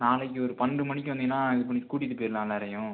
நாளைக்கு ஒரு பன்னெண்டு மணிக்கு வந்தீங்கன்னா இது பண்ணி கூட்டிட்டு போயிரலாம் எல்லாரையும்